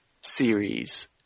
series